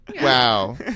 Wow